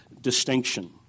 distinction